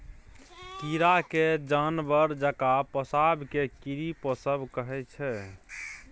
कीरा केँ जानबर जकाँ पोसब केँ कीरी पोसब कहय छै